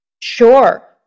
Sure